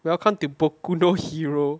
welcome to boku no hiro